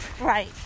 Right